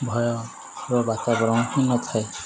ଭୟ ବା ବାତାବରଣ ନଥାଏ